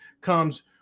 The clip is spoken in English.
comes